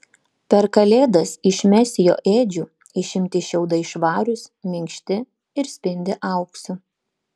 per kalėdas iš mesijo ėdžių išimti šiaudai švarūs minkšti ir spindi auksu